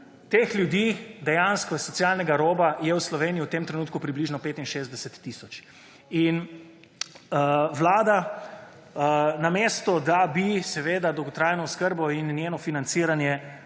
teh ljudi dejansko socialnega roba je v Sloveniji v tem trenutku približno 65 tisoč. In Vlada namesto, da bi dolgotrajno oskrbo in njeno financiranje